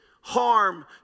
harm